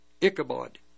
Ichabod